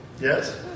Yes